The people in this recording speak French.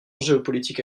géopolitique